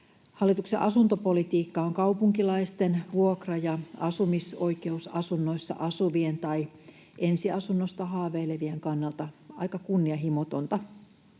Hallituksen asuntopolitiikka on kaupunkilaisten vuokra- ja asumisoikeusasunnoissa asuvien tai ensiasunnosta haaveilevien kannalta aika kunnianhimotonta.